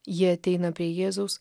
jie ateina prie jėzaus